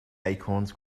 acorns